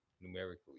numerically